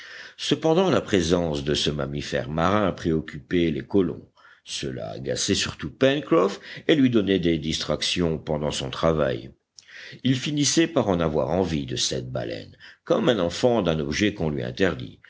cependant la présence de ce mammifère marin préoccupait les colons cela agaçait surtout pencroff et lui donnait des distractions pendant son travail il finissait par en avoir envie de cette baleine comme un enfant d'un objet qu'on lui interdit